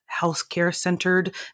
healthcare-centered